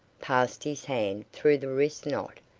passed his hand through the wrist-knot,